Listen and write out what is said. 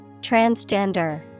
Transgender